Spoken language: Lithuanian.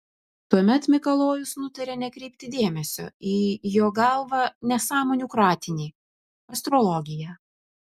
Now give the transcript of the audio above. tuomet mikalojus nutarė nekreipti dėmesio į jo galva nesąmonių kratinį astrologiją